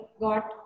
got